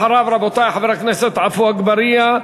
אחריו, רבותי, חבר הכנסת עפו אגבאריה,